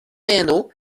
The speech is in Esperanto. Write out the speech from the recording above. peno